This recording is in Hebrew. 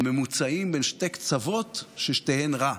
הממוצעים בין שני קצוות, ששניהם רע,